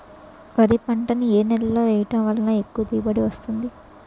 వరి పంట ని ఏ నేలలో వేయటం వలన ఎక్కువ దిగుబడి వస్తుంది?